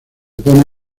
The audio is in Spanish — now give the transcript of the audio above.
pone